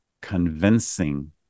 convincing